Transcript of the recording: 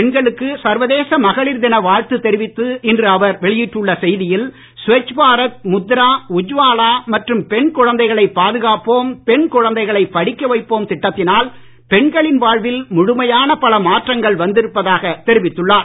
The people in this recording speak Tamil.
பெண்களுக்கு சர்வதேச மகளிர் தின வாழ்த்து தெரிவித்து இன்று அவர் வெளியிட்டுள்ள செய்தியில் ஸ்வச் பாரத் முத்ரா உஜ்வாலா மற்றும் பெண் குழந்தைகளை பாதுகாப்போம் பெண் குழந்தைகளை படிக்க வைப்போம் திட்டத்தினால் பெண்களின் வாழ்வில் முழுமையான பல மாற்றங்கள் வந்திருப்பதாக தெரிவித்துள்ளார்